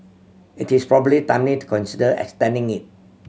it is probably timely to consider extending it